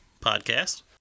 podcast